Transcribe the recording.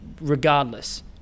regardless